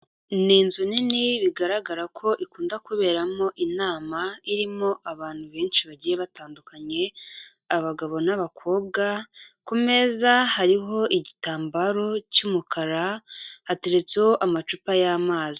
Ni inzu nini bigaragara ko ikunda kuberamo inama, irimo abantu benshi bagiye batandukanye abagabo n'abakobwa, ku meza hariho igitambaro cy'umukara hateretseho amacupa y'amazi.